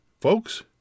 folks